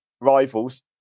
rivals